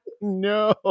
No